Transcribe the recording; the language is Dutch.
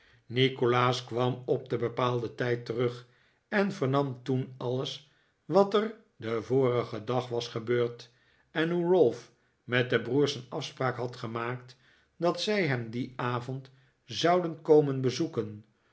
nikolaas kwam op den bepaalden tijd terug en vernam toen alles wat er den vorigen dag was gebeurd en hoe ralph met de broers een afspraak had gemaakt dat zij hem dien avond zouden komen bezoeken